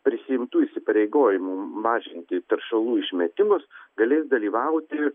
prisiimtų įsipareigojimų mažinti teršalų išmetimus galės dalyvauti